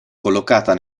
collocata